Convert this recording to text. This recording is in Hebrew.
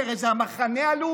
כי הרי זה המחנה הלאומי,